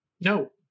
No